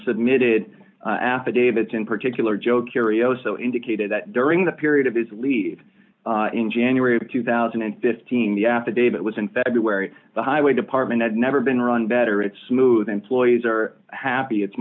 submitted affidavits in particular joe curio so indicated that during the period of his leave in january of two thousand and fifteen the affidavit was in february the highway department had never been run better it's smooth employees are happy it's